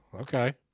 Okay